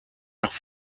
nach